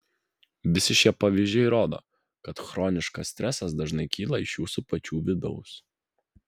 visi šie pavyzdžiai rodo kad chroniškas stresas dažnai kyla iš jūsų pačių vidaus